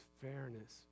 fairness